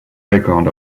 record